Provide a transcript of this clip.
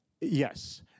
Yes